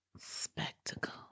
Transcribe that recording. Spectacle